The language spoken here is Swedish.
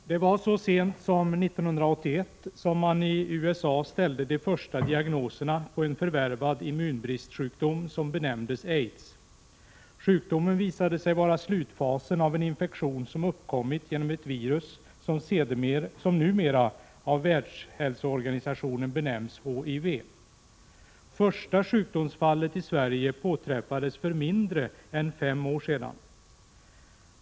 Det var så sent som 1981 som man i USA ställde de första diagnoserna på en förvärvad immunbristsjukdom som benämndes aids. Sjukdomen visade sig vara slutfasen av en infektion som uppkommit genom ett virus, som numera av Världshälsoorganisationen benämns HIV. Första sjukdomsfallet i Sverige påträffades för mindre än fem år sedan.